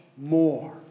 more